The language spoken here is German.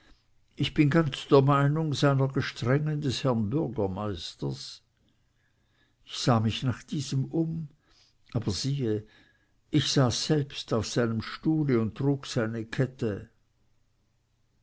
ich bin ganz der meinung seiner gestrengen des herrn bürgermeisters ich sah mich nach diesem um aber siehe ich saß selbst auf seinem stuhle und trug seine kette